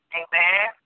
amen